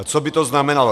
Co by o znamenalo?